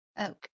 Okay